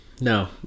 no